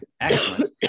Excellent